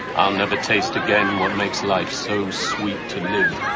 i'll never taste again what makes life so sweet to live.